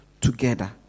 together